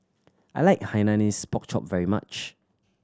I like Hainanese Pork Chop very much